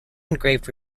engraved